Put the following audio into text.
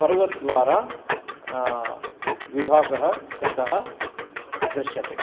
पर्वद्वारा विभागः कृतः दृश्यते